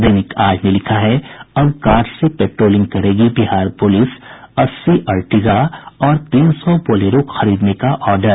दैनिक आज ने लिखा है अब कार से पेट्रोलिंग करेगी बिहार पुलिस अस्सी अर्टिगा और तीन सौ बोलेरो खरीदने का ऑर्डर